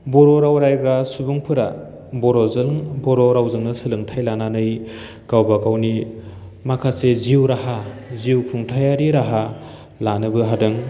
बर' राव रायग्रा सुबुंफोरा बर'जों बर' रावजोंनो सोलोंथाइ लानानै गावबागावनि माखासे जिउ राहा जिउ खुंथायारि राहा लानोबो हादों